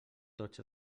tots